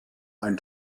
ein